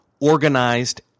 organized